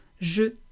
Je